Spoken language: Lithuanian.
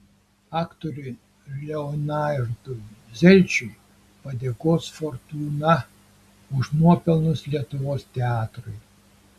aktoriui leonardui zelčiui padėkos fortūna už nuopelnus lietuvos teatrui